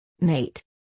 mate